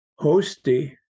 Hosty